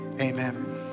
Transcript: amen